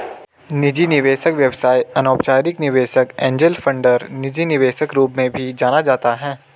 निजी निवेशक व्यवसाय अनौपचारिक निवेशक एंजेल फंडर निजी निवेशक रूप में भी जाना जाता है